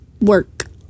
work